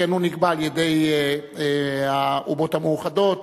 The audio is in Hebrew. שכן הוא נקבע על-ידי האומות המאוחדות,